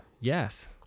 Yes